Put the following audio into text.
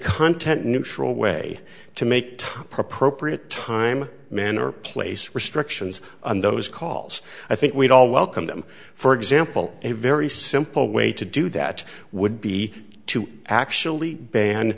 content neutral way to make top pro pria time manner place restrictions on those calls i think we'd all welcome them for example a very simple way to do that would be to actually ban